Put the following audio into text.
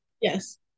Yes